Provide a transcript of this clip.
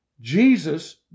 Jesus